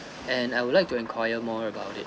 and I would like to enquire more about it